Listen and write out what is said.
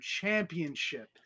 Championship